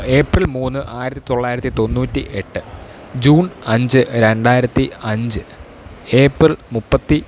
April മൂന്ന് ആയിരത്തി തൊള്ളായിരത്തി തൊണ്ണൂറ്റി എട്ട് ജൂൺ അഞ്ച് രണ്ടായിരത്തി അഞ്ച് ഏപ്രിൽ മുപ്പത്തി